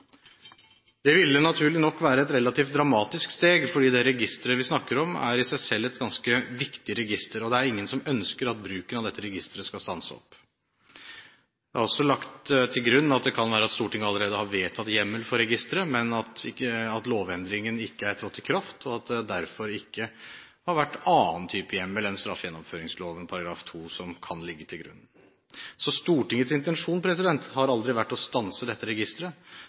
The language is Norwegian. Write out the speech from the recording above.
Det ville naturlig nok være et relativt dramatisk steg, fordi det registeret vi snakker om, er i seg selv et ganske viktig register. Og det er ingen som ønsker at bruken av dette registeret skal stanses. Det er også lagt til grunn at det kan være at Stortinget allerede har vedtatt hjemmel for registeret, men at lovendringen ikke er trådt i kraft, og at det derfor ikke har vært annen type hjemmel enn straffegjennomføringsloven § 2 som kan ligge til grunn. Så Stortingets intensjon har aldri vært å stanse dette registeret,